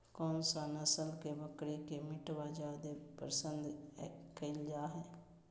कौन सा नस्ल के बकरी के मीटबा जादे पसंद कइल जा हइ?